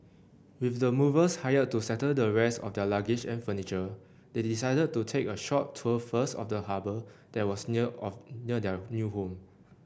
with the movers hired to settle the rest of their luggage and furniture they decided to take a short tour first of the harbour that was near of near their new home